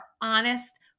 honest